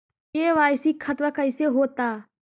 KYC खतबा कैसे होता?